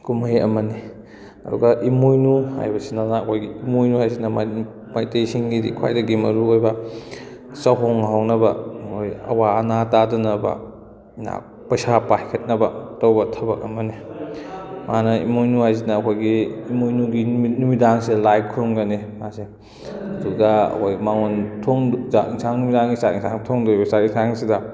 ꯀꯨꯝꯍꯩ ꯑꯃꯅꯤ ꯑꯗꯨꯒ ꯏꯃꯣꯏꯅꯨ ꯍꯥꯏꯕꯁꯤꯗꯅ ꯉꯥꯛ ꯑꯣꯏꯔꯤ ꯏꯃꯣꯏꯅꯨ ꯍꯥꯏꯕꯁꯤꯅ ꯃꯩꯇꯩꯁꯤꯡꯒꯤꯗꯤ ꯈ꯭ꯋꯥꯏꯗꯒꯤ ꯃꯔꯨ ꯑꯣꯏꯕ ꯆꯥꯛꯍꯣꯡ ꯉꯥꯍꯣꯡꯅꯕ ꯃꯣꯏ ꯑꯋꯥ ꯑꯅꯥ ꯇꯥꯗꯅꯕ ꯄꯩꯁꯥ ꯄꯥꯏꯈꯠꯅꯕ ꯇꯧꯕ ꯊꯕꯛ ꯑꯃꯅꯤ ꯃꯥꯅ ꯏꯃꯣꯏꯅꯨ ꯍꯥꯏꯁꯤꯅ ꯑꯩꯈꯣꯏꯒꯤ ꯏꯃꯣꯏꯅꯨꯒꯤ ꯅꯨꯃꯤꯗꯥꯡꯁꯤꯗ ꯂꯥꯏ ꯈꯨꯔꯨꯝꯒꯅꯤ ꯃꯥꯁꯦ ꯑꯗꯨꯒ ꯑꯩꯈꯣꯏ ꯆꯥꯛ ꯌꯦꯟꯁꯥꯡ ꯅꯨꯡꯗꯥꯡꯗ ꯆꯥꯛ ꯌꯦꯟꯁꯥꯡ ꯊꯣꯡꯗꯣꯏꯕ ꯆꯥꯛ ꯌꯦꯟꯁꯥꯡꯁꯤꯗ